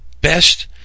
best